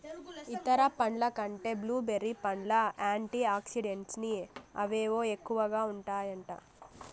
ఇతర పండ్ల కంటే బ్లూ బెర్రీ పండ్లల్ల యాంటీ ఆక్సిడెంట్లని అవేవో ఎక్కువగా ఉంటాయట